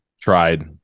tried